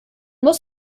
muss